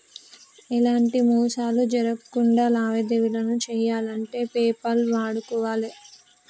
ఎలాంటి మోసాలు జరక్కుండా లావాదేవీలను చెయ్యాలంటే పేపాల్ వాడుకోవాలే